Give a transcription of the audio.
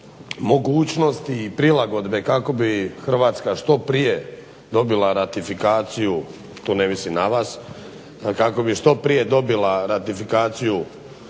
mogućnosti i prilagodbe kako bi Hrvatska što prije dobila ratifikaciju, tu ne mislim na vas, kako bi što prije dobila ratifikaciju